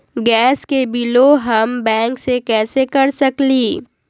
Gas के बिलों हम बैंक से कैसे कर सकली?